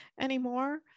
anymore